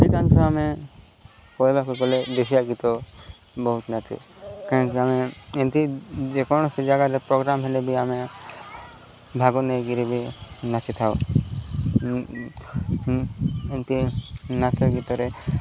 ସେମାନେ କହିବାକୁ ଗଲେ ଦେଶୀଆ ଗୀତ ବହୁତ ନାଚୁ କାହିଁକି ଆମେ ଏମିତି ଯେକୌଣସି ଜାଗାରେ ପ୍ରୋଗ୍ରାମ୍ ହେଲେ ବି ଆମେ ଭାଗ ନେଇକିରି ବି ନାଚିଥାଉ ଏମିତି ନାଚ ଗୀତରେ